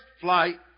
flight